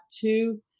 two